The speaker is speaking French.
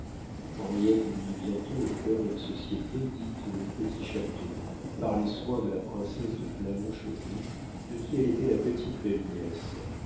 henriette me mit bientôt au cœur de la société dite le petit château par les soins de la princesse de blamont-chauvry de qui elle était la petite belle nièce